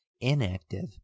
inactive